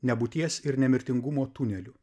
nebūties ir nemirtingumo tuneliu